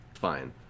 fine